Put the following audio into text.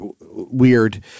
weird